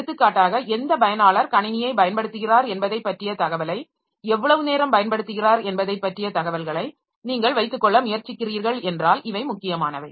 எடுத்துக்காட்டாக எந்த பயனாளர் கணினியைப் பயன்படுத்துகிறார் என்பதைப் பற்றிய தகவலை எவ்வளவு நேரம் பயன்படுத்துகிறார் என்பதைப் பற்றிய தகவல்களை நீங்கள் வைத்துக்கொள்ள முயற்சிக்கிறீர்கள் என்றால் இவை முக்கியமானவை